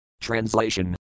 Translation